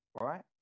right